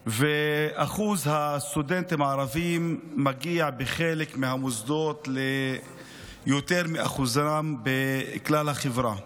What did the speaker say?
אחוז הסטודנטים הערבים מגיע בחלק מהמוסדות ליותר מאחוזם בכלל החברה.